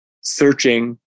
searching